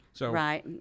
Right